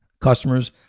Customers